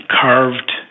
carved